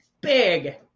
big